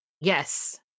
yes